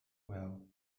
well